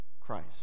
Christ